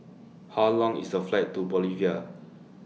How Long IS The Flight to Bolivia